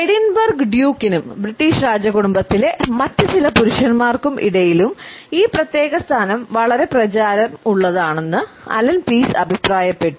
Edinburgh ഡ്യൂക്കിനും British രാജകുടുംബത്തിലെ മറ്റ് ചില പുരുഷന്മാർക്ക് ഇടയിലും ഈ പ്രത്യേക സ്ഥാനം വളരെ പ്രചാരമുള്ളതാണെന്ന് അലൻ പീസ് അഭിപ്രായപ്പെട്ടു